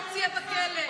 תגידי את זה הכי פשוט שיש: